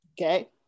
okay